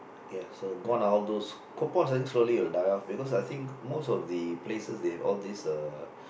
ya so gone are all those coupons I think slowly will die off because I think most of the places they have all this uh